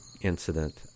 incident